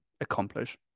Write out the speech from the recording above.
accomplish